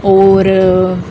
और